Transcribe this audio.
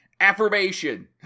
affirmation